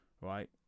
right